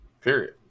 Period